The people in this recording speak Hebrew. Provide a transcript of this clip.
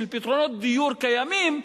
של פתרונות דיור קיימים,